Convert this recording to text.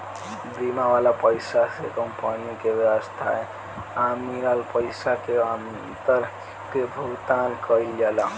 बीमा वाला पइसा से कंपनी के वास्तव आ मिलल पइसा के अंतर के भुगतान कईल जाला